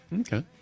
Okay